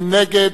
מי נגד?